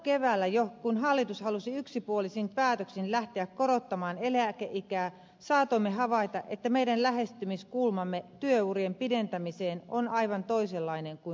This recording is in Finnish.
alkukeväällä jo kun hallitus halusi yksipuolisin päätöksin lähteä korottamaan eläkeikää saatoimme havaita että meidän lähestymiskulmamme työurien pidentämiseen on aivan toisenlainen kuin hallituksella